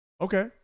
Okay